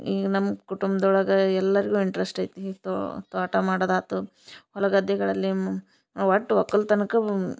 ಈಗ ನಮ್ಮ ಕುಟುಂಬ್ದೊಳಗ ಎಲ್ಲಾರಿಗು ಇಂಟ್ರಸ್ಟ್ ಐತಿ ತ್ವಾಟ ಮಾಡದಾತು ಹೊಲ ಗದ್ದೆಗಳಲ್ಲಿ ಮು ಒಟ್ಟು ಒಕ್ಕಲ್ತನಕ್ಕ ಮು